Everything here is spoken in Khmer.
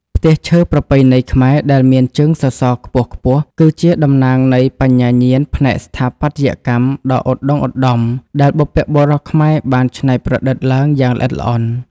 ផ្ទះឈើប្រពៃណីខ្មែរដែលមានជើងសសរខ្ពស់ៗ គឺជាតំណាងនៃបញ្ញាញាណផ្នែកស្ថាបត្យកម្មដ៏ឧត្តុង្គឧត្តម ដែលបុព្វបុរសខ្មែរបានច្នៃប្រឌិតឡើងយ៉ាងល្អិតល្អន់។